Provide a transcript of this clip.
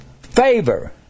Favor